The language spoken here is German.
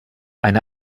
eine